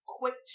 quick